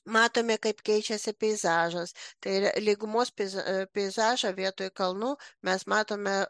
matome kaip keičiasi peizažas tai yra lygumos piz peizažą vietoj kalnų mes matome